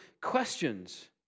questions